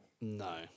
No